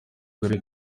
karere